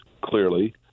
clearly